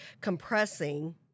compressing